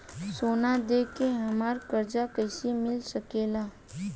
सोना दे के हमरा कर्जा कईसे मिल सकेला?